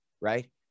right